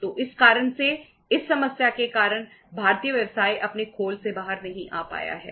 तो इस कारण से इस समस्या के कारण भारतीय व्यवसाय अपने खोल से बाहर नहीं आ पाया है